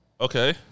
Okay